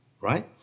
right